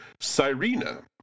Sirena